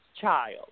child